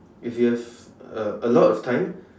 if you have a a lot of time